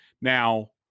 Now